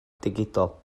digidol